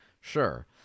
sure